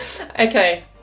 Okay